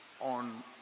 on